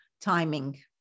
timing